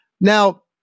Now